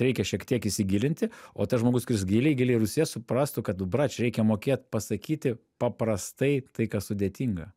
reikia šiek tiek įsigilinti o tas žmogus kuris giliai giliai rusyje suprastų kad brač reikia mokėt pasakyti paprastai tai kas sudėtinga